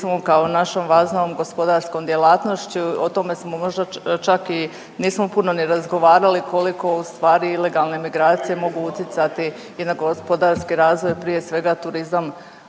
turizmom kao našom važnom gospodarskom djelatnošću. O tome smo možda čak i nismo puno ni razgovarali koliko u stvari ilegalne migracije mogu utjecati i na gospodarski razvoj prije svega turizam